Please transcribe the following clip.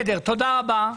בסדר, תודה רבה.